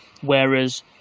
whereas